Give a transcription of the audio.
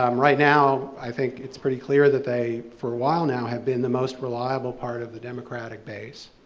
um right now, i think, it's pretty clear that they, for a while now, have been the most reliable part of the democratic base.